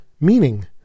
meaning